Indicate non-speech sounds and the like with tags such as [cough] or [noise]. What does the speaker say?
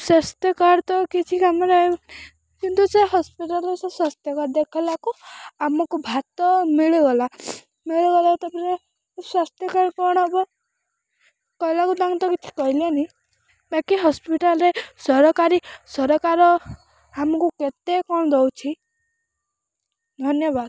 ସ୍ୱାସ୍ଥ୍ୟ କାର୍ଡ଼ ତ କିଛି କାମରେ [unintelligible] କିନ୍ତୁ ସେ ହସ୍ପିଟାଲ୍ରେ ସେ ସ୍ୱାସ୍ଥ୍ୟ କାର୍ଡ଼ ଦେଖେଇଲାବେଳକୁ ଆମକୁ ଭାତ ମିଳିଗଲା ମିଳିଗଲାରୁ ତା'ପରେ ସ୍ୱାସ୍ଥ୍ୟ କାର୍ଡ଼ କ'ଣ ହେବ କହିଲାବେଳକୁ ତାଙ୍କ ତ କିଛି ତ କହିଲେନି ବାକି ହସ୍ପିଟାଲ୍ରେ ସରକାରୀ ସରକାର ଆମକୁ କେତେ କ'ଣ ଦେଉଛି ଧନ୍ୟବାଦ